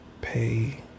pay